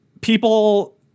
People